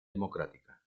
democrática